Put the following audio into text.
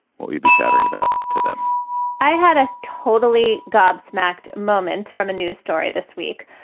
well, you'd be chattering about to them i had a totally gobsmacked moment from a news story this week.